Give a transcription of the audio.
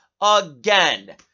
again